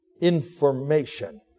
information